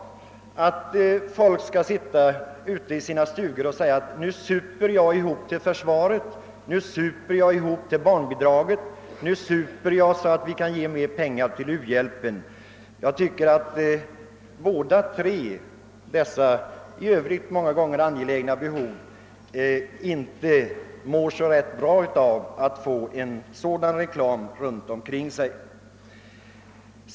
Folk skulle då kunna sitta ute i sina stugor och säga: Nu super jag ihop till försvaret, nu super jag ihop till barnbidrag, nu super jag så att vi kan ge mer pengar till u-hjälpen. Jag tycker att alla dessa tre, i övrigt angelägna behov, inte mår så värst bra av att få en sådan reklam omkring sig.